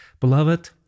Beloved